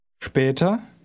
Später